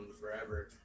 forever